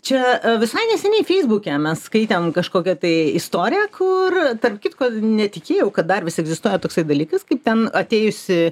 čia visai neseniai feisbuke mes skaitėm kažkokią tai istoriją kur tarp kitko netikėjau kad dar vis egzistuoja toksai dalykas kaip ten atėjusi